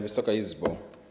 Wysoka Izbo!